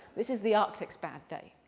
this is the arctic's bad day.